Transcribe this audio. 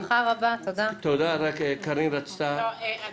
אדוני היושב-ראש,